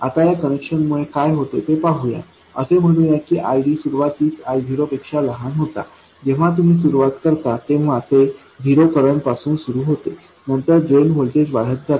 आता या कनेक्शनमुळे काय होते ते पाहू या असे म्हणू या की ID सुरुवातीस I0 पेक्षा लहान होता जेव्हा तुम्ही सुरुवात करता तेव्हा ते झिरो करंट पासून सुरू होते नंतर ड्रेन व्होल्टेज वाढत जाते